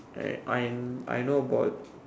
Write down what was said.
I I I know about